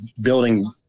building